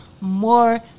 More